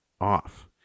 off